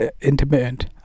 intermittent